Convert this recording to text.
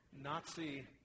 Nazi